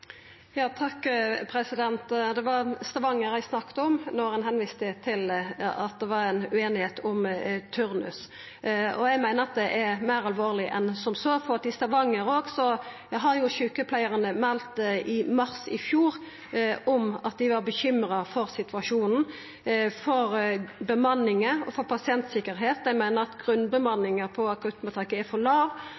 det er. Det var Stavanger eg snakka om da ein viste til at det var ei ueinigheit om turnus, og eg meiner at det er meir alvorleg enn som så. For òg i Stavanger har sjukepleiarane meldt om – i mars i fjor – at dei var bekymra for situasjonen, for bemanninga og for pasientsikkerheita. Dei meiner at